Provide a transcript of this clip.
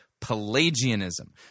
Pelagianism